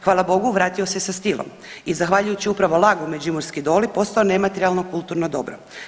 Hvala Bogu vratio se sa stilom i zahvaljujući upravo LAG-u Međimurski doli postao nematerijalno kulturno dobro.